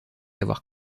avoir